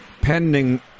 pending